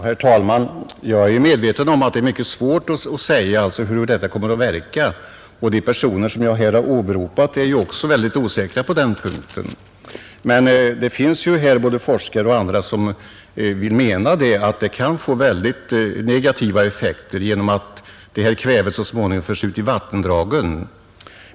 Herr talman! Jag är medveten om att det är mycket svårt att säga hur denna gödsling kommer att verka; de personer som jag har åberopat är också mycket osäkra på den punkten. Men det finns både forskare och andra som menar att det kan få väldigt negativa effekter genom att kvävet så småningom förs ut i vattendragen.